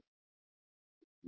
ಆದ್ದರಿಂದ ಇದು ಹಾಗೆ ಬಳಸಲು ಒಳ್ಳೆಯದು